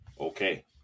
Okay